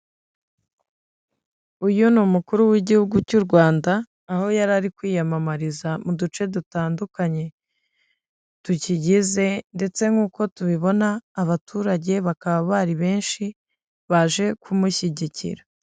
Uyu ni umukuru w'igihugu cy'u Rwanda, aho yari ari kwiyamamariza mu duce dutandukanye tukigize ndetse nk'uko tubibona abaturage bakaba bari benshi baje kumushyigikira.